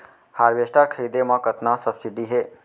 Harvester खरीदे म कतना सब्सिडी हे?